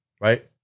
Right